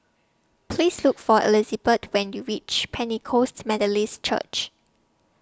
Please Look For Elizabet when YOU REACH Pentecost Methodist Church